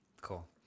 cool